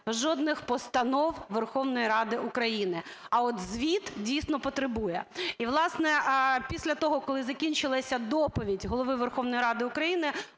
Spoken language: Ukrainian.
жодних Постанов Верховної Ради України, а от звіт, дійсно, потребує. І, власне, після того, коли закінчилась доповідь Голови Верховної Ради України,